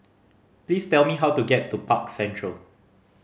please tell me how to get to Park Central